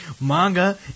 manga